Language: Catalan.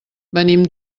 venim